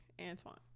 Antoine